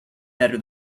better